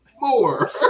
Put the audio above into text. more